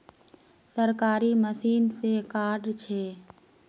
सरकारी मशीन से कार्ड छै?